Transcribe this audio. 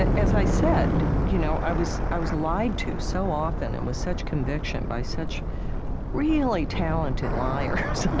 ah as i said, you know i was i was lied to so often and with such conviction by such really talented liars or